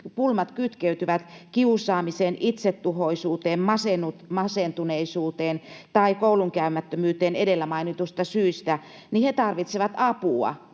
pulmat kytkeytyvät kiusaamiseen, itsetuhoisuuteen, masentuneisuuteen tai koulunkäymättömyyteen edellä mainituista syistä, tarvitsevat apua